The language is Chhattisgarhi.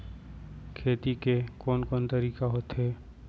खेती के कोन कोन तरीका होथे?